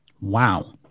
Wow